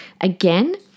Again